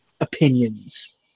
opinions